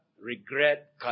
regret